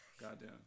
Goddamn